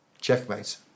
Checkmate